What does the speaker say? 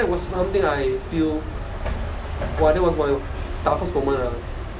that was something I feel !wah! that was my toughest moment ah